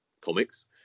comics